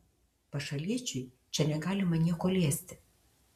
pašaliečiui čia negalima nieko liesti